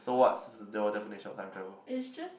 so what's your definition of time travel